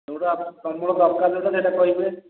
ଯେଉଁଟା ତୁମର ଦରକାର ଯେଉଁଟା ସେଇଟା କହିବେ